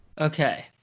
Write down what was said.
Okay